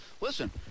listen